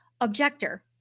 objector